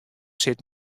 sit